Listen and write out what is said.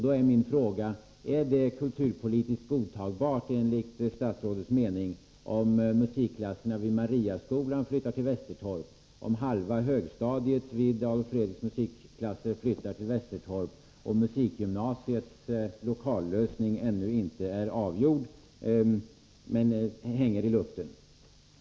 Då är min fråga: Är det kulturpolitiskt godtagbart, enligt statsrådets mening, om musikklasserna vid Mariaskolan flyttar till Västertorp, om halva högstadiet vid Adolf Fredriks musikskola flyttar till Västertorp och musikgymnasiets lokallösning ännu inte är avgjord utan hänger i luften?